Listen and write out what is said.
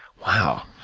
wow,